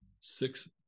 Six